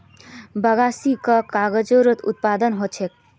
बगासी स कागजेरो उत्पादन ह छेक